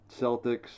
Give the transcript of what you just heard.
Celtics